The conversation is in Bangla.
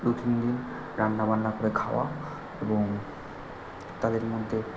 দু তিন দিন রান্না বান্না করে খাওয়া এবং তাদের মধ্যে